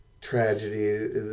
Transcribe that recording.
tragedy